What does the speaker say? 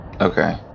Okay